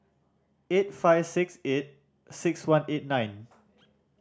eight five six eight six one eight nine